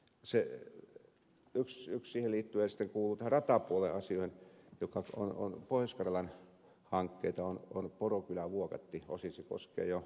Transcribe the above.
yksi siihen liittyvä kuuluu ratapuolen asioihin joka on pohjois karjalan hankkeita porokylävuokatti osin se koskee jo vähän kainuun puoltakin